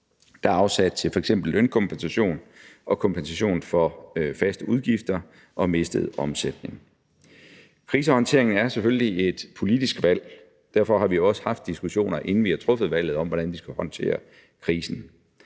der er afsat til f.eks. lønkompensation og kompensation for faste udgifter og mistet omsætning. Krisehåndteringen er selvfølgelig et politisk valg, og derfor har vi også haft diskussioner, inden vi har truffet valget om, hvordan vi skal håndtere krisen.